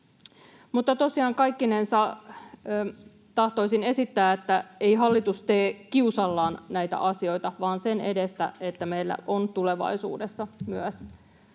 Mutta tosiaan kaikkinensa tahtoisin esittää, että ei hallitus tee kiusallaan näitä asioita vaan sen edestä, että meillä on myös tulevaisuudessa